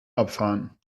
abfahren